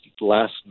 last